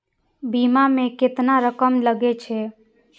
बीमा में केतना रकम लगे छै?